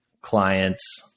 clients